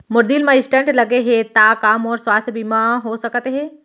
मोर दिल मा स्टन्ट लगे हे ता का मोर स्वास्थ बीमा हो सकत हे?